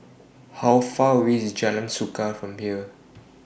How Far away IS Jalan Suka from here